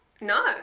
No